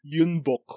Yunbok